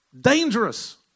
dangerous